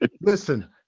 Listen